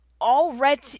already